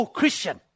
Christian